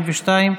142,